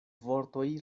vortoj